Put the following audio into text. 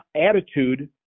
attitude